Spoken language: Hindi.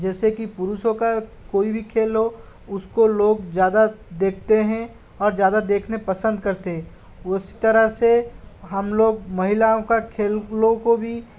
जैसे कि पुरुषों का कोई भी खेल हो उसको लोग ज़्यादा देखते हैं और ज़्यादा देखने पसंद करते हैं उस तरह से हम लोग महिलाओं का खेलों को भी